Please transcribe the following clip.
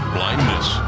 Blindness